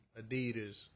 Adidas